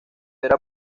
era